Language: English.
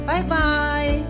Bye-bye